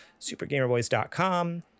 Supergamerboys.com